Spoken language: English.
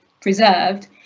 preserved